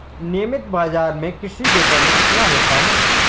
नियमित बाज़ार में कृषि विपणन कितना होता है?